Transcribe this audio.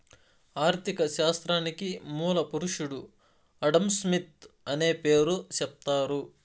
ఆర్ధిక శాస్త్రానికి మూల పురుషుడు ఆడంస్మిత్ అనే పేరు సెప్తారు